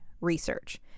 research